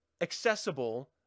accessible